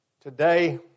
Today